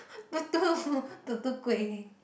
tutu tutu-kueh